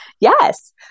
yes